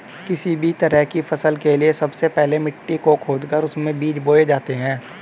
किसी भी तरह की फसल के लिए सबसे पहले मिट्टी को खोदकर उसमें बीज बोए जाते हैं